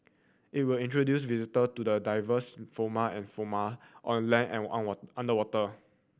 it will introduce visitor to the diverse and on land and on what underwater